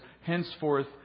henceforth